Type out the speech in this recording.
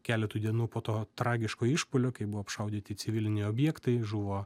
keletui dienų po to tragiško išpuolio kai buvo apšaudyti civiliniai objektai žuvo